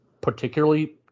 particularly